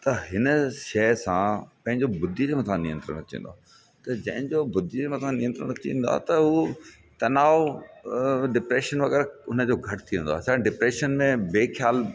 त हिन शइ सां पंहिंजे बुद्धी जे मथां नियंत्रण अची वेंदो आहे त जंहिंजो बुद्धीअ मथां नियंत्रण अची वेंदो आहे त हू तनाव डिप्रेशन वग़ैरह घटि थी वेंदो आहे छाकाणि डिप्रेशन में बेख़्यालु